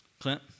Clint